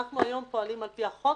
אנחנו היום פועלים על פי החוק.